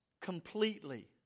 Completely